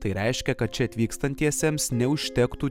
tai reiškia kad čia atvykstantiesiems neužtektų